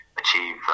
achieve